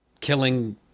killing